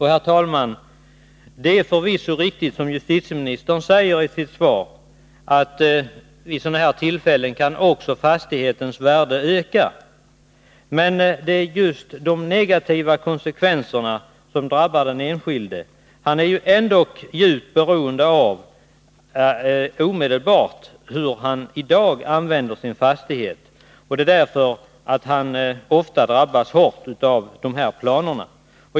> Herr talman! Det är förvisso riktigt, som justieministern säger i sitt svar, att fastighetens värde vid sådana här tillfällen också kan öka. Men det är just de negativa konsekvenser som drabbar den enskilde som det måste göras något åt. Han är ändå djupt beroende av hur han kan använda sin fastighet i dag, och det är därför han ofta drabbas hårt av de här planerna.